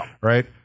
Right